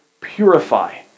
purify